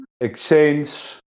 Exchange